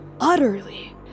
utterly